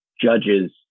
judges